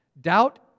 Doubt